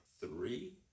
three